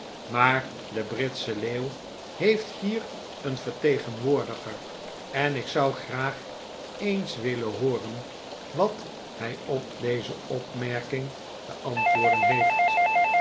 maar de britsche leeuw heeft hier een vertegenwoordiger en ik zou graag eehs willen hooren wat hij op deze opmerkingen te antwoorden heeft